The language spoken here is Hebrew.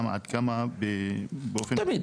עד כמה באופן --- תמיד,